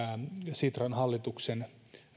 sitran hallituksen